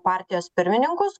partijos pirmininkus